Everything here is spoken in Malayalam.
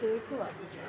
കേക്കുൾക്കുകയാണ്